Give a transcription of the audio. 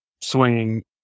swinging